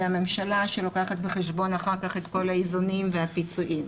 זו הממשלה שלוקחת בחשבון אחר כך את כל האיזונים והפיצויים.